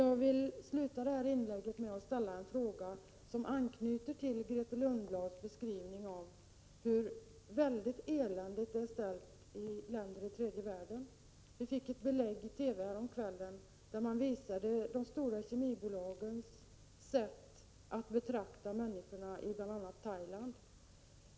Jag vill avsluta detta inlägg med att ställa en fråga som anknyter till Grethe Lundblads beskrivning av hur eländigt det är ställt i länder i tredje världen. Vi fick belägg för detta i TV häromkvällen, när man visade de stora kemibolagens sätt att betrakta människorna i bl.a. Thailand.